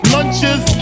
Lunches